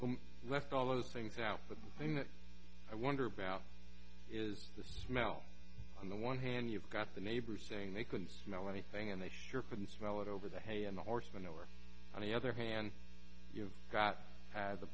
is left all those things out but thing that i wonder about is the smell on the one hand you've got the neighbors saying they couldn't smell anything and they sure can smell it over the hay and the horse manure on the other hand you